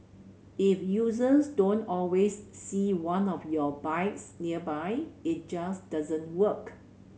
if users don't always see one of your bikes nearby it just doesn't work